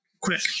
quick